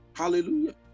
Hallelujah